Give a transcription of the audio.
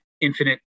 infinite